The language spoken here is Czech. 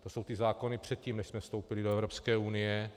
To jsou ty zákony předtím, než jsme vstoupili do Evropské unie.